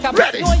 ready